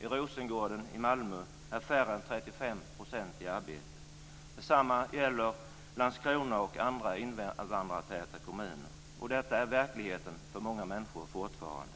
I Rosengård i Malmö har färre än 35 % ett arbete. Detsamma gäller Landskrona och andra invandrartäta kommuner. Detta är verkligheten för många människor fortfarande.